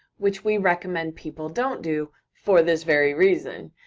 which we recommend people don't do for this very reason.